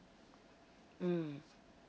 mm